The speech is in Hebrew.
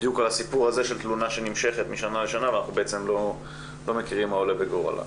זה קשור לכך שתלונה נמשכת משנה לשנה ואנחנו לא יודעים מה עולה בגורלה.